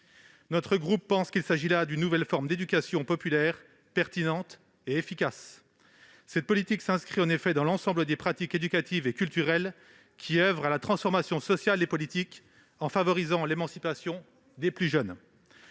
Notre groupe pense qu'il s'agit là d'une nouvelle forme d'éducation populaire, pertinente et efficace. Cette politique s'inscrit en effet dans l'ensemble des pratiques éducatives et culturelles qui oeuvrent à la transformation sociale et politique en favorisant l'émancipation des plus jeunes.